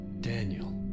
Daniel